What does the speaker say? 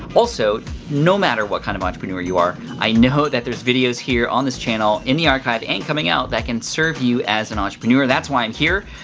also, no matter what kind of entrepreneur you are, i know that there's videos here on this channel in the archive and coming out that can serve you as an entrepreneur. that's why i'm here.